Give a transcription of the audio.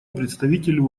представителю